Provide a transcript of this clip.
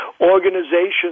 organizations